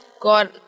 God